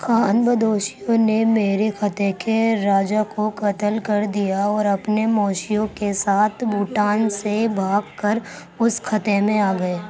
خانہ بدوشیوں نے میرے خطے کے راجہ کو قتل کر دیا اور اپنے مویشیوں کے ساتھ بھوٹان سے بھاگ کر اس خطے میں آ گیے